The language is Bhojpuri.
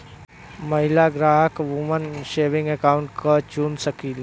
महिला ग्राहक वुमन सेविंग अकाउंट क चुन सकलीन